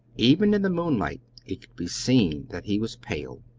even in the moonlight it could be seen that he was pale.